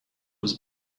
was